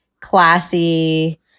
classy